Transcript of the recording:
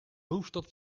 hoofdstad